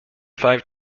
five